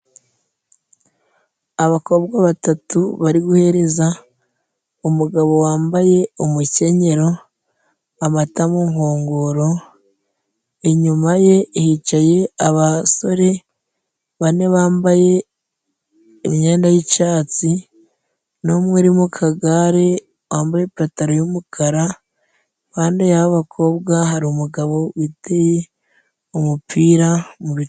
Abakobwa batatu bari guhereza umugabo wambaye umukenyero amata mu nkongoro. Inyuma ye hicaye abasore bane bambaye imyenda y'icatsi, n'umwe mu kagare wambaye ipantaro yumukara. Impande y'abo bakobwa hari umugabo witeye umupira mu bitugu.